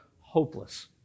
hopeless